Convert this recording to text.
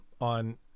on